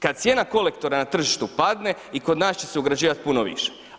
Kad cijena kolektora na tržištu padne i kod nas će se ugrađivati puno više.